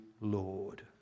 Lord